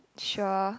sure